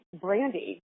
brandy